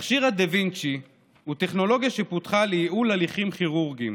מכשיר דה וינצ'י הוא טכנולוגיה שפותחה לייעול הליכים כירורגיים.